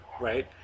right